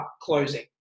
closing